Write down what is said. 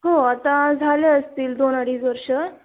हो आता झाले असतील दोन अडीच वर्ष